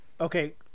Okay